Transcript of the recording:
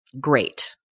great